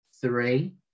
three